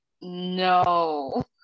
No